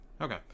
Okay